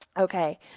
okay